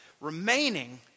Remaining